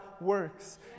works